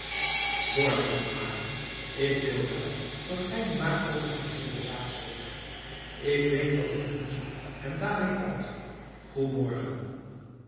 hoor mandenmaker ik wilde wel dat gij nu maar over de geheele zaak zweegt ik weet wat ik doen zal en daarmeê uit goê morgen